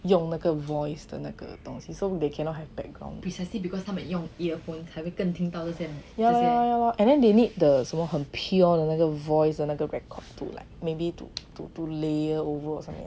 用那个 voice 的那个东西 so they cannot be precisely because 他们用 earphone 才会更听到这些这些 and then they need the 那个什么很 pure 的那个 voice maybe two layer